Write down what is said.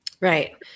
Right